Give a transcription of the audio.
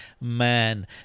man